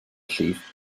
llif